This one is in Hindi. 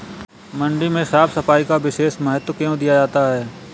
मंडी में साफ सफाई का विशेष महत्व क्यो दिया जाता है?